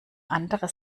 andere